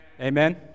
Amen